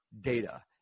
data